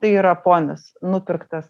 tai yra ponis nupirktas